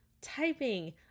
typing